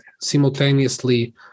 simultaneously